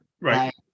right